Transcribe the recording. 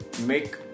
make